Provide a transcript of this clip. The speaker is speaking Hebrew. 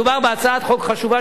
מדובר בהצעת חוק חשובה,